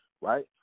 right